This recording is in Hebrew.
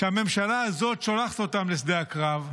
שהממשלה הזאת שולחת אותם לשדה הקרב,